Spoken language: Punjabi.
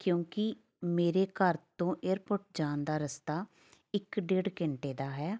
ਕਿਉਂਕਿ ਮੇਰੇ ਘਰ ਤੋਂ ਏਅਰਪੋਰਟ ਜਾਣ ਦਾ ਰਸਤਾ ਇੱਕ ਡੇਢ ਘੰਟੇ ਦਾ ਹੈ